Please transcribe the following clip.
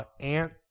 Ant